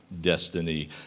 destiny